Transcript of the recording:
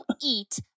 eat